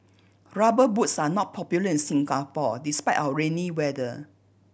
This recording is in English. Rubber Boots are not popular in Singapore despite our rainy weather